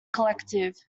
collective